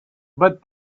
but